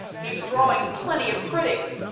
he's drawing plenty of critics.